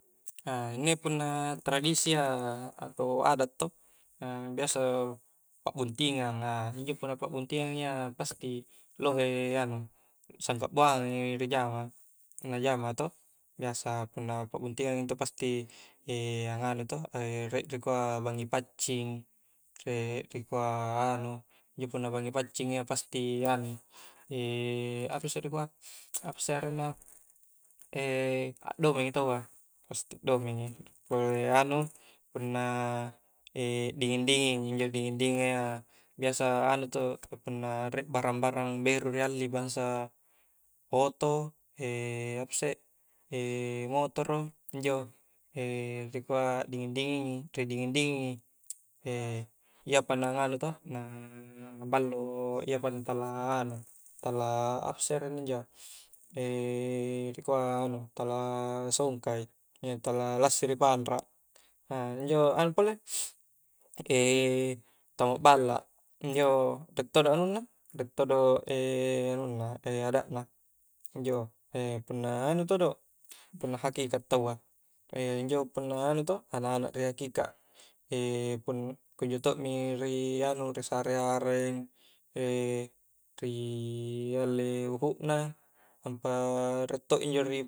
inni punna tradisi ia atau adat toh, biasa pakbuntingang, injo punna pakbuntingang ia pasti lohe, anu sangkak buangang mi rijama na jama to, biasa punna pakbuntiangang intu pasti angnganu i to riek rikua bangngi paccing, riek rikua anu, injo punna bangngi paccing ia, pasti angnganui, apasse rikua, apasse arenna a domeng i taua pasti akdomeng i, punna dinging-dingnging, injo punna dinging dinging ia, biasa punna anu to ka punna riek barang-barang beru rihalli bangsa oto, apasse motoro, injo rikua akdinging-dingingi ridinging dinging i, iyapa anu toh, iyapa, tala apase arenna injo rikua tala songkai, iya tala lassri i panrak, anu pole, tamak balla, injo riek todo anunna, riek todo adatna, injo punna hakekat taua, iyanjo-njo punna anak-anak ri hakekat, kunjo tokmi risare areng, ri alle uhuk na, nampa na riek todo injori